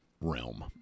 realm